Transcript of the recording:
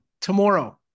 Tomorrow